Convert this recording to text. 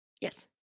yes